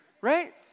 Right